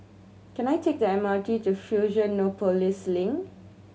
can I take the M R T to Fusionopolis Link